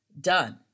done